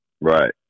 Right